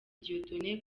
dieudonné